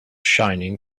shining